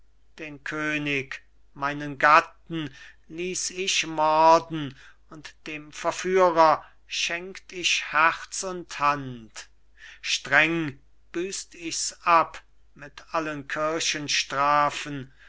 den könig meinen gatten ließ ich morden und dem verführer schenkt ich herz und hand streng büßt ich's ab mit allen kirchenstrafen